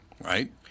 right